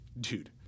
dude